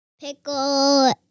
pickle